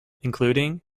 including